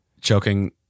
Choking